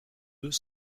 deux